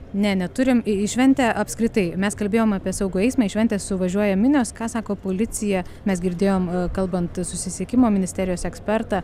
ne neturim į į šventę apskritai mes kalbėjom apie saugų eismą į šventę suvažiuoja minios ką sako policija mes girdėjom kalbant susisiekimo ministerijos ekspertą